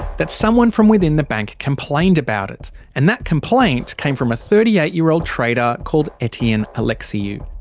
that someone from within the bank complained about it and that complaint came from a thirty eight year old trader called etienne alexiou.